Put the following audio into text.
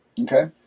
Okay